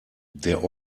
der